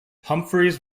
humphreys